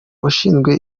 ushinzwe